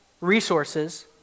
resources